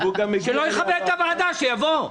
שלא יכבד את הוועדה, שיבוא.